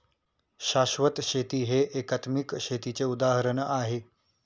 शाश्वत शेती हे एकात्मिक शेतीचे उदाहरण आहे